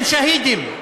הם שהידים,